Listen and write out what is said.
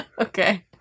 Okay